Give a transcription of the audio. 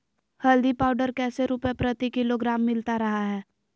हल्दी पाउडर कैसे रुपए प्रति किलोग्राम मिलता रहा है?